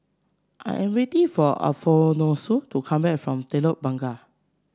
I am waiting for Alfonso to come back from Telok Blangah